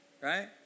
Right